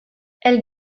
elle